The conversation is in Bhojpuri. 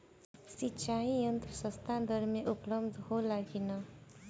सिंचाई यंत्र सस्ता दर में उपलब्ध होला कि न?